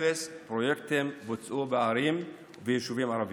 אפס פרויקטים בוצעו בערים וביישובים ערביים.